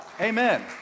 amen